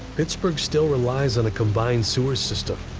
pittsburgh still relies on a combined sewer system.